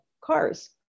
cars